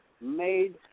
made